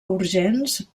urgents